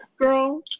girl